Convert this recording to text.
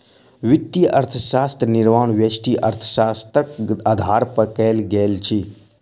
वित्तीय अर्थशास्त्रक निर्माण व्यष्टि अर्थशास्त्रक आधार पर कयल गेल अछि